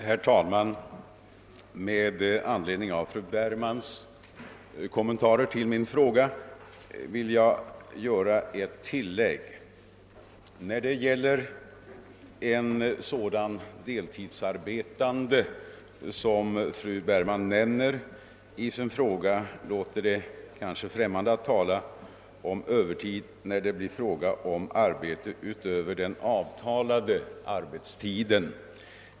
Herr talman! Med anledning av fru Bergmans kommentarer till mitt svar vill jag göra ett tillägg. När det gäller en sådan deltidsarbetande som fru Bergman nämner i sin fråga låter det kanske främmande att tala om övertid när det blir fråga om arbete utöver den avtalade arbetstiden.